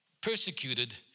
persecuted